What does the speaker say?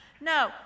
No